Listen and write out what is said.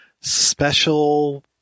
special